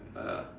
uh